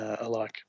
alike